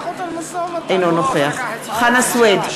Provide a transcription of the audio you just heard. אינו נוכח חנא סוייד,